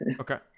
Okay